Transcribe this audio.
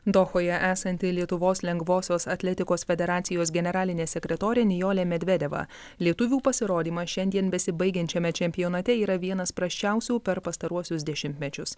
dohoje esanti lietuvos lengvosios atletikos federacijos generalinė sekretorė nijolė medvedeva lietuvių pasirodymas šiandien besibaigiančiame čempionate yra vienas prasčiausių per pastaruosius dešimtmečius